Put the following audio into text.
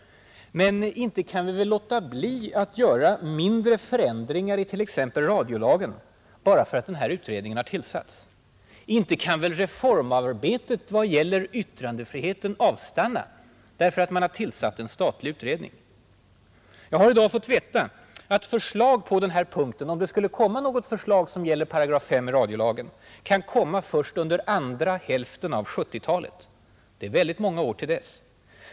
Men inte kan vi väl låta bli att göra angelägna förändringar i t.ex. radiolagen bara därför att den här utredningen har tillsatts? Inte kan väl reformarbetet i vad gäller yttrandefriheten avstanna därför att man har tillsatt en statlig utredning? Jag har i dag fått veta att förslag på denna punkt — om det skulle bli något förslag från utredningen som gäller § 5 i radiolagen — kan komma först under andra hälften av 1970-talet. Det är många år till dess.